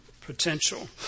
Potential